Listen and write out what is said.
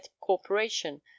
corporation